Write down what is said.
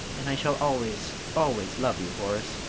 and i shall always, always love you, horace.